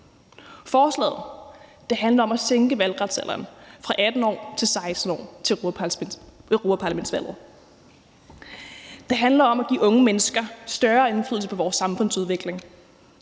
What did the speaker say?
Forslaget handler om at sænke valgretsalderen fra 18 år til 16 år ved europaparlamentsvalg. Det handler om at give unge mennesker større indflydelse på vores samfundsudvikling.